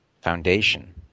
foundation